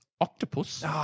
octopus